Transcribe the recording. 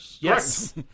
Yes